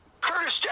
Curtis